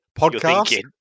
Podcast